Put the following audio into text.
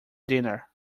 dinner